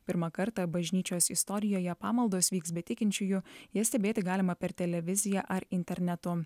pirmą kartą bažnyčios istorijoje pamaldos vyks be tikinčiųjų jas stebėti galima per televiziją ar internetu